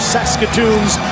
Saskatoon's